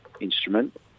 instrument